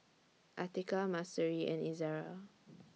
Atiqah Mahsuri and Izara